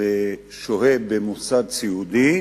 ושוהה במוסד סיעודי,